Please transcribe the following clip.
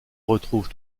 retrouve